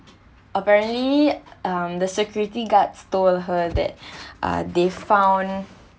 apparently um the security guards told her that uh they found